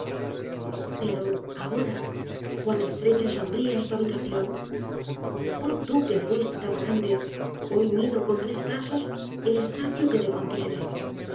pero ahora cuan estrecha y sombría es tu habitación oh tú que fuistes tan grande hoy mido con tres pasos el espacio que te contiene